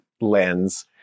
lens